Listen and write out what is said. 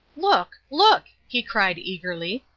look, look! he cried eagerly.